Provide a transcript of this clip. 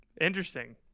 Interesting